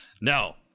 No